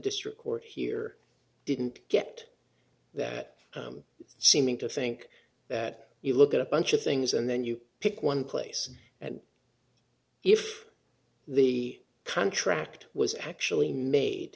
district court here didn't get that seeming to think that you look at a bunch of things and then you pick one place and if the contract was actually made